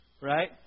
Right